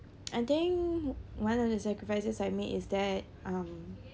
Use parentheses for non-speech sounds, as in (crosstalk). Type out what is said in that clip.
(noise) I think one of the sacrifices I made is that um